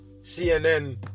CNN